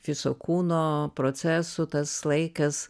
viso kūno procesų tas laikas